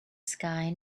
sky